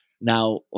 now